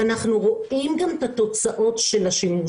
ואנחנו רואים גם את התוצאות של השימוש.